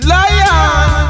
Lion